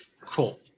Cool